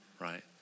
right